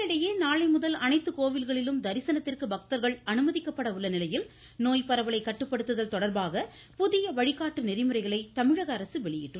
இதனிடையே நாளைமுதல் அனைத்து கோவில்களிலும் தரிசனத்திற்கு பக்தர்கள் அனுமதிக்கப்பட உள்ள நிலையில் நோய் பரவலை கட்டுப்படுத்துதல் தொடர்பாக புதிய வழிகாட்டு நெறிமுறைகளை தமிழக அரசு வெளியிட்டுள்ளது